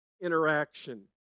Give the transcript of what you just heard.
interaction